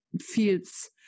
feels